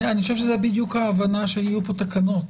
אני חושב שזאת בדיוק ההבנה שיהיו פה תקנות.